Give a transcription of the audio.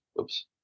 Oops